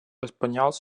espanyol